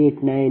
217421